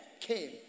came